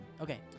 Okay